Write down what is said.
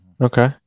Okay